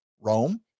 Rome